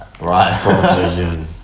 right